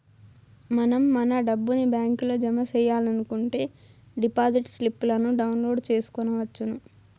మనం మన డబ్బుని బ్యాంకులో జమ సెయ్యాలనుకుంటే డిపాజిట్ స్లిప్పులను డౌన్లోడ్ చేసుకొనవచ్చును